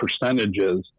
percentages